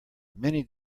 many